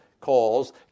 calls